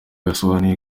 yasobanuye